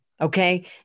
okay